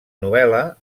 novel·la